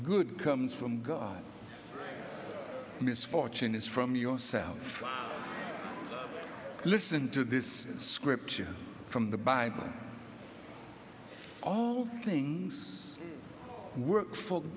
good comes from god misfortune is from yourself listen to this scripture from the bible all things work for